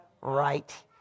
right